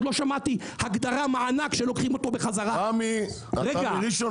עוד לא שמעתי מענק שלוקחים אותו חזרה, הגדרה כזו.